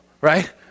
Right